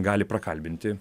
gali prakalbinti